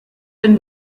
den